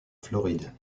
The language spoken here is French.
floride